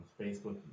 Facebook